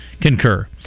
concur